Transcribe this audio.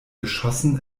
geschossen